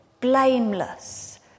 blameless